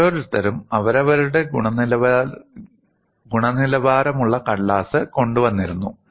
ഓരോരുത്തരും അവരവരുടെ ഗുണനിലവാരമുള്ള കടലാസ് കൊണ്ടുവന്നിരുന്നു